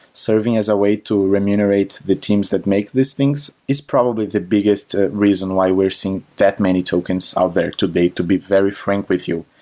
serving as a way to remunerate the teams that make these things is probably the biggest reason why we're seeing that many tokens out there today to be very frank with you.